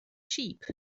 sheep